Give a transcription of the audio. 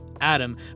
Adam